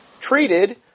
treated